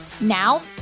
Now